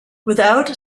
without